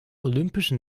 olympischen